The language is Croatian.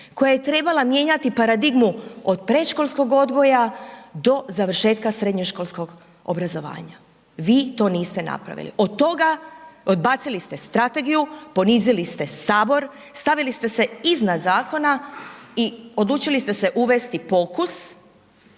koja je trebala mijenjati paradigmu od predškolskog odgoja do završetka srednjoškolskog obrazovanja. Vi to niste napravili. Od toga, odbacili ste strategiju, ponizili ste Sabor, stavili ste se iznad zakona i odlučili ste se uvesti pokus